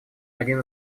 один